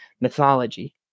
mythology